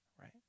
right